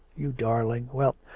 you darling. well,